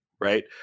right